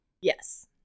Yes